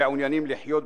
המעוניינים לחיות